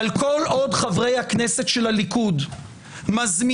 כל עוד חברי הכנסת של הליכוד מזמינים